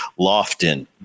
Lofton